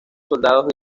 soldados